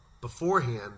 beforehand